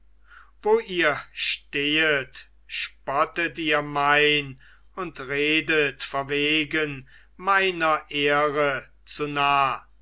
wo ihr stehet spottet ihr mein und redet verwegen meiner ehre zu nah